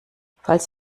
falls